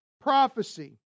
prophecy